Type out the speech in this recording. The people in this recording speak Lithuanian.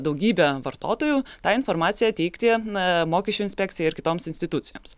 daugybę vartotojų tą informaciją teikti a mokesčių inspekcijai ir kitoms institucijoms